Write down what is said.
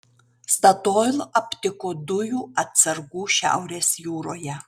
statoil aptiko dujų atsargų šiaurės jūroje